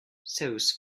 sauce